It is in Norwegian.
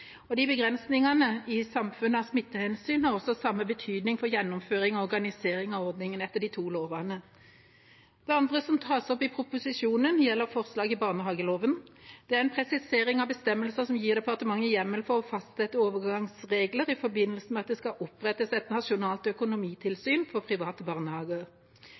og begrensningene i samfunnet av smittevernhensyn har samme betydning for gjennomføringen og organiseringen av ordningene etter de to lovene. Det andre som tas opp i proposisjonen, gjelder forslag i barnehageloven. Det er en presisering av bestemmelser som gir departementet hjemmel for å fastsette overgangsregler i forbindelse med at det skal opprettes et nasjonalt økonomitilsyn for private barnehager.